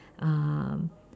um